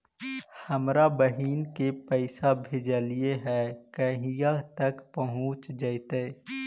हमरा बहिन के पैसा भेजेलियै है कहिया तक पहुँच जैतै?